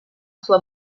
sua